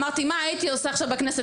מה הייתי עושה עכשיו בכנסת?